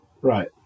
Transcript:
Right